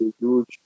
huge